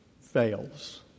fails